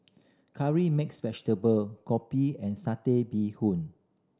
Curry Mixed Vegetable kopi and Satay Bee Hoon